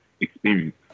experience